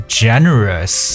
generous